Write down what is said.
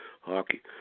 hockey